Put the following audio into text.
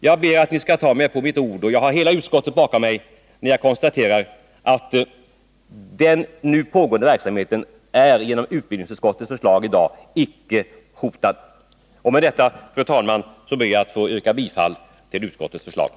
Jag ber kammaren att ta mig på mitt ord, och jag har hela utskottet bakom mig, när jag konstaterar att den nu pågående verksamheten icke hotas om utbildningsutskottets förslag bifalles. Med det anförda ber jag, fru talman, att få yrka bifall till utskottets hemställan.